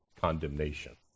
condemnation